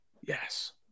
Yes